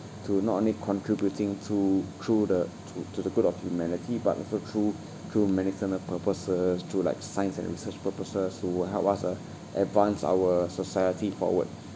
to not only contributing to through the to to the good of humanity but also through through medicinal purposes through like science and research purposes who will help us uh advance our society forward